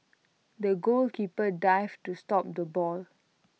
the goalkeeper dived to stop the ball